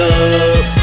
up